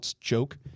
joke